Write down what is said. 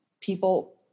people